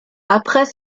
après